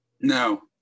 No